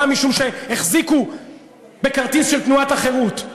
משום שהחזיקו בכרטיס של תנועת החרות.